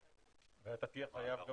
ותהיה לך גם